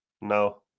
No